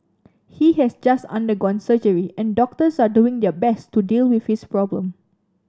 he has just undergone surgery and doctors are doing their best to deal with his problem